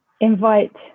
invite